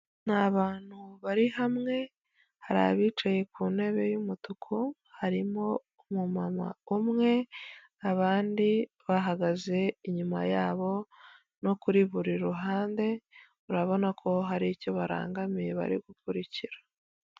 Ni bantu bari hamwe, hari abicaye ku ntebe y'umutuku, harimo umumama umwe, abandi bahagaze inyuma yabo no kuri buri ruhande, urabona ko hari icyo barangamiye, bari gukurikira.